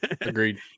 Agreed